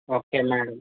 okay madam